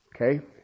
Okay